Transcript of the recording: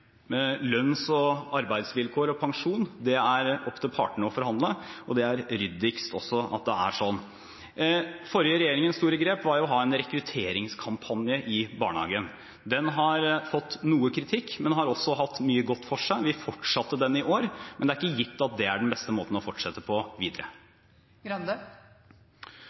Lønns- og arbeidsvilkår og pensjon er det opp til partene å forhandle om. Det er ryddigst også at det er sånn. Den forrige regjeringens store grep var å ha en rekrutteringskampanje i barnehagen. Den har fått noe kritikk, men har også hatt mye godt for seg. Vi fortsatte den i år. Men det er ikke gitt at det er den beste måten å fortsette på.